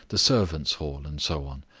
the servants' hall, and so on.